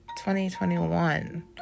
2021